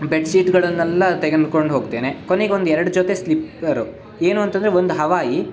ಬೆಡ್ಶೀಟ್ಳನ್ನೆಲ್ಲ ತೆಗೆದ್ಕೊಂಡ್ ಹೋಗ್ತೇನೆ ಕೊನೆಗ್ ಒಂದು ಎರಡು ಜೊತೆ ಸ್ಲಿಪ್ಪರು ಏನು ಅಂತಂದರೆ ಒಂದು ಹವಾಯಿ